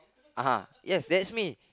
uh !huh! yes that's me